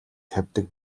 тавьдаг